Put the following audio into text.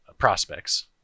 prospects